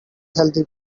healthy